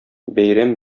бәйрәм